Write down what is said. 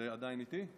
זה עדיין איתי?